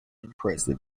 impressive